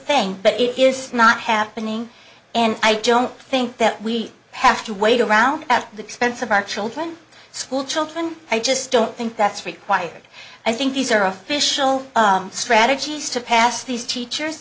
thing but it is not happening and i don't think that we have to wait around at the expense of our children school children i just don't think that's required i think these are official strategies to pass these teachers